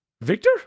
Victor